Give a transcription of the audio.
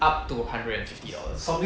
up to hundred and fifty dollars